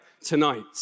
tonight